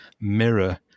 mirror